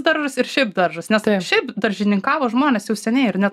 daržas ir šiaip daržas nes šiaip daržininkavo žmonės jau seniai ir net